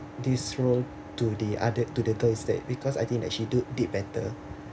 this role to the other to the girls because I think that she do did better